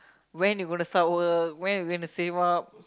when you gonna start work when you gonna save up